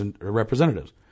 representatives